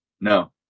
No